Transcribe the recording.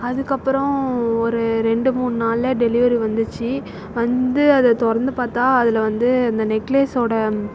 அதுக்கு அப்புறம் ஒரு ரெண்டு மூணு நாளில் டெலிவெரி வந்துச்சு வந்து அதை திறந்து பார்த்தா அதில் வந்து அந்த நெக்லசோடய